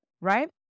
right